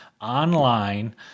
online